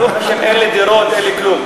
ברוך השם, אין לי דירות, אין לי כלום.